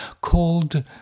called